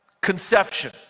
conception